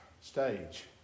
stage